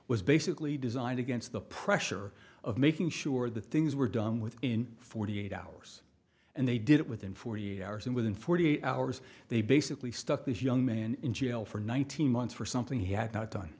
was basically designed against the pressure of making sure that things were done within forty eight hours and they did it within forty eight hours and within forty eight hours they basically stuck this young man in jail for nineteen months for something he had not done